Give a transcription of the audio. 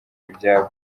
ibyabo